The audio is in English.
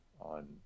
on